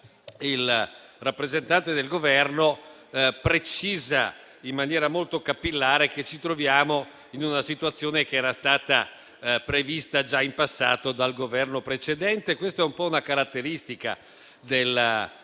il rappresentante del Governo precisa in maniera molto capillare che ci troviamo in una situazione che era stata prevista già in passato dal Governo precedente e questa è un po' una caratteristica di chi